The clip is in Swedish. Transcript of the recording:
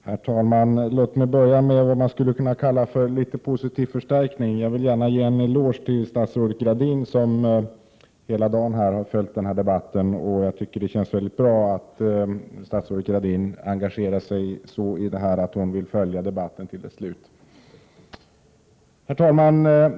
Herr talman! Låt mig börja med vad man skulle kunna kalla för litet positiv förstärkning. Jag vill gärna ge en eloge till statsrådet Gradin, som hela dagen har följt den här debatten. Jag tycker att det känns mycket bra att statsrådet Gradin engagerar sig så i detta ärende att hon vill följa debatten till dess slut. Herr talman!